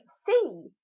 sea